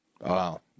Wow